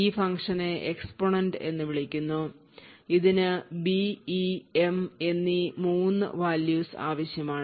ഈ ഫംഗ്ഷനെ exponent എന്ന് വിളിക്കുന്നു ഇതിന് b e m എന്നീ 3 values ആവശ്യമാണ്